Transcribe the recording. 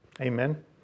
Amen